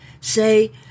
say